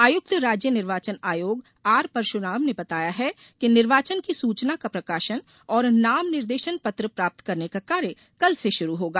आयुक्त राज्य निर्वाचन आयोग आर परशुराम ने बताया है कि निर्वाचन की सूचना का प्रकाशन और नाम निर्देशन पत्र प्राप्त करने का कार्य कल से शुरू होगा